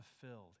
fulfilled